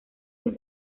mis